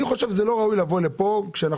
אני חושב שזה לא ראוי לבוא לאן כשאנחנו